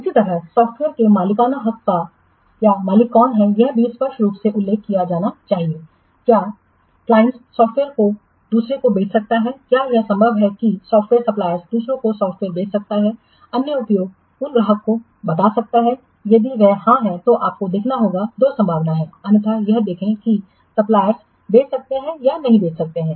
इसी तरह सॉफ्टवेयर के मालिकाना हक का मालिक कौन है यह भी स्पष्ट रूप से उल्लेख किया जाना चाहिए क्या क्लाइंट सॉफ्टवेयर को दूसरों को बेच सकता है क्या यह संभव है कि सॉफ्टवेयर सप्लायर्स दूसरों को सॉफ्टवेयर बेच सकता हैअनन्य उपयोग उस ग्राहक को बता सकता है यदि वह हाँ है तो आपको देखना होगा दो संभावनाएं हैं अन्यथा यह देखें कि सप्लायर्स बेच सकते हैं या नहीं बेच सकते हैं